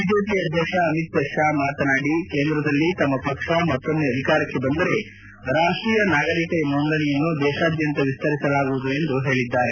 BJP ಅಧ್ಯಕ್ಷ ಅಮಿತ್ ಷಾ ಮಾತನಾಡಿ ಕೇಂದ್ರದಲ್ಲಿ ತಮ್ಮ ಪಕ್ಷ ಮತ್ತೊಮ್ಮೆ ಅಧಿಕಾರಕ್ಕೆ ಬಂದರೆ ರಾಷ್ಟೀಯ ನಾಗರಿಕ ನೋಂದಣಿಯನ್ನು ದೇಶಾದ್ಯಂತ ವಿಸ್ತರಿಸಲಾಗುವುದು ಎಂದು ಹೇಳಿದ್ದಾರೆ